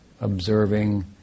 observing